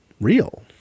real